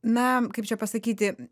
na kaip čia pasakyti